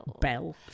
bell